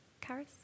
Karis